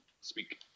speak